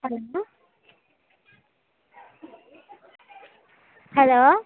hello hello